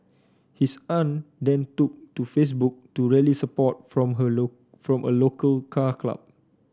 his aunt then took to Facebook to rally support from her from a local car club